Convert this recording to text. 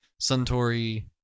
Suntory